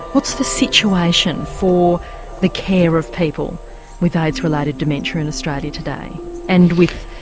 what's the situation for the care of people with aids related dementia in australia today and with,